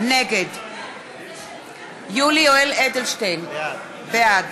נגד יולי יואל אדלשטיין, בעד